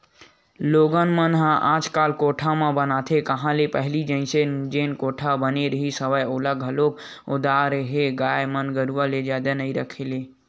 लोगन मन ह आजकल कोठा बनाते काँहा हे पहिली जइसे जेन कोठा बने रिहिस हवय ओला घलोक ओदरात हे गाय गरुवा के जादा नइ रखे ले